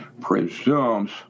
presumes –